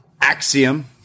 Axiom